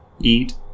eat